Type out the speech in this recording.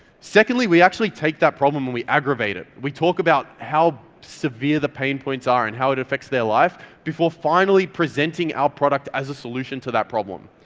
secondly, we actually take that problem when we aggravate it. we talked about how severe the pain points are and how it affects their life before finally presenting our product as a solution to that problem.